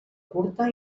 curta